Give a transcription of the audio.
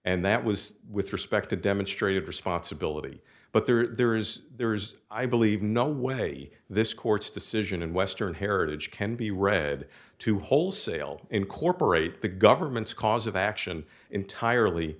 and that was with respect to demonstrated responsibility but there's there's i believe no way this court's decision and western heritage can be read to wholesale incorporate the government's cause of action entirely